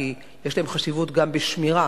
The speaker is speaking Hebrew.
כי יש להם חשיבות גם בשמירה